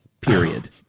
period